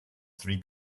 three